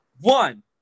one